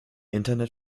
internet